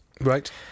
Right